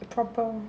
proper